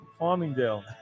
Farmingdale